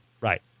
right